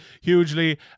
hugely